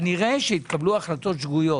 כנראה שהתקבלו החלטות שגויות.